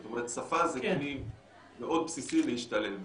זאת אומרת שפה זה כלי מאוד בסיסי להשתלב,